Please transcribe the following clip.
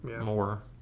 more